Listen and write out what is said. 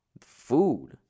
food